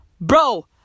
Bro